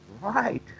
Right